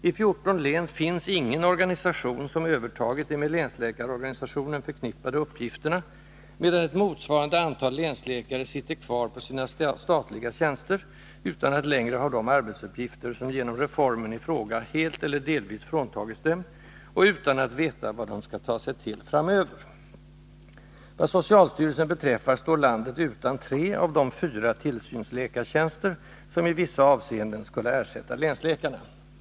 I 14 län finns ingen organisation, som har övertagit de med länsläkarorganisationen förknippade uppgifterna, medan ett motsvarande antal länsläkare sitter kvar på sina statliga tjänster utan att längre ha de arbetsuppgifter som genom ”reformen” i fråga helt eller delvis fråntagits dem och utan att veta vad de skall ta sig för framöver. Vad socialstyrelsen beträffar står landet utan tre av de fyra tillsynsläkartjänster som i vissa avseenden skulle ersätta länsläkarna.